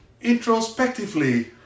introspectively